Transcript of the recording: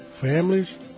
Families